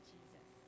Jesus